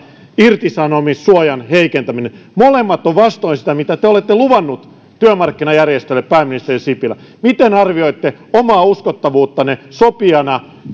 irtisanomissuojan heikentäminen molemmat ovat vastoin sitä mitä te te olette luvannut työmarkkinajärjestöille pääministeri sipilä miten arvioitte omaa uskottavuuttanne sopijana